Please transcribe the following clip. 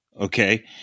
Okay